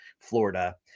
Florida